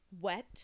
wet